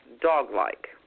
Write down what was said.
dog-like